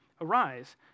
Arise